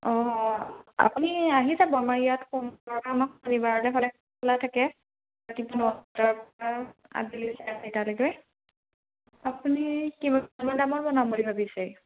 অঁ আপুনি আহি যাব আমাৰ ইয়াত সোমবাৰৰ পৰা শনিবাৰলৈ সদায় খোলাই থাকে ৰাতিপুৱা নটাৰ পৰা আবেলি চাৰে চাৰিটালৈকে আপুনি কিমান মান দামৰ বনাম বুলি ভাবিছে